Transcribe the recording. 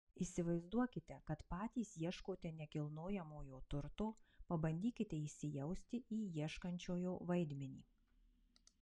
įsivaizduokite kad patys ieškote nekilnojamojo turto pabandykite įsijausti į ieškančiojo vaidmenį